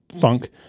funk